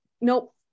nope